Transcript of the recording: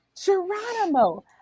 Geronimo